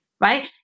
right